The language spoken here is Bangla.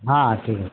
হ্যাঁ হ্যাঁ ঠিক আছে